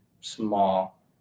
small